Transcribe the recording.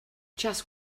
just